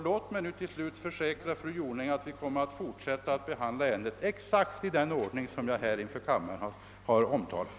Låt mig få försäkra att vi kommer att fortsätta att behandla ärendet exakt i den ordning som jag här inför kammaren har omtalat.